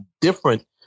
different